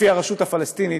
לפי הרשות הפלסטינית?